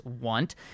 want